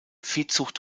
viehzucht